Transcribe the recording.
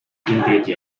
ry’indege